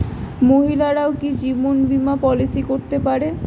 মহিলারাও কি জীবন বীমা পলিসি করতে পারে?